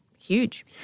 huge